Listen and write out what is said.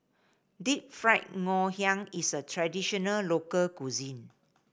Deep Fried Ngoh Hiang is a traditional local cuisine